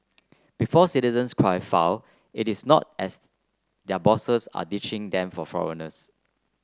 before citizens cry foul it is not as their bosses are ditching them for foreigners